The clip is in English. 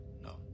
No